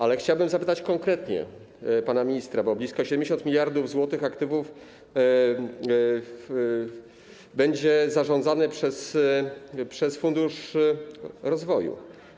Ale chciałabym zapytać konkretnie pana ministra, bo blisko 70 mld zł aktywów będzie zarządzanych przez Fundusz Rozwoju.